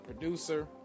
producer